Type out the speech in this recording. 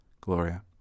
Gloria